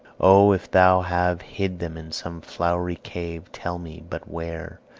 o, if thou have hid them in some flowery cave, tell me but where,